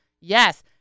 Yes